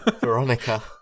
Veronica